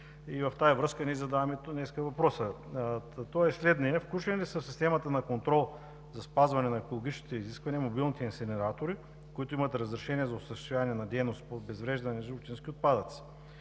В тази връзка ние задаваме днес въпрос, който е следният: включени ли са в системата на контрол за спазване на екологичните изисквания мобилните инсинератори, които имат разрешение за осъществяване на дейност по обезвреждане на животински отпадъци?